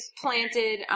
planted